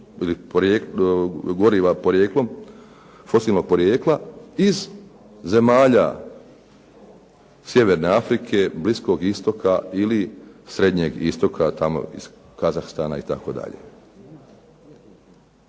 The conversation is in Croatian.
niti o pravcu dopreme fosilnih goriva iz zemalja Sjeverne Afrike, Bliskoga istoka ili Srednjeg istoka tamo iz Kazahstana itd.